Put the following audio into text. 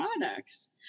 products